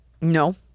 No